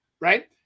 Right